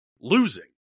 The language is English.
losing